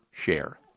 share